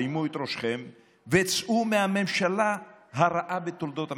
הרימו את ראשכם וצאו מהממשלה הרעה בתולדות המדינה.